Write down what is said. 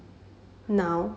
now